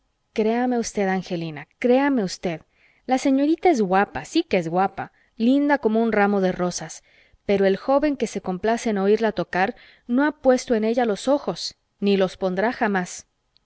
créame usted angelina créame usted la señorita es guapa sí que es guapa linda como un ramo de rosas pero el joven que se complace en oirla tocar no ha puesto en ella los ojos ni los pondrá jamás